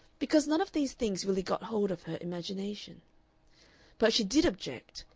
because none of these things really got hold of her imagination but she did object,